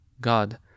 god